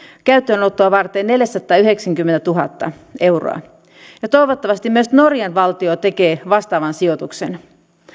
käyttöönottoa varten neljäsataayhdeksänkymmentätuhatta euroa toivottavasti myös norjan valtio tekee vastaavan sijoituksen